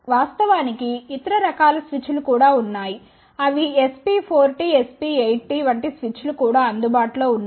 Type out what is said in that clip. వాస్తవానికి ఇతర రకాల స్విచ్లు కూడా ఉన్నాయి అవి SP4T SP8T వంటి స్విచ్లు కూడా అందుబాటులో ఉన్నాయి